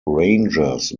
rangers